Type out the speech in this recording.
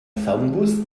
fernbus